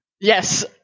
Yes